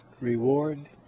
reward